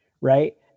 Right